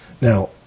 Now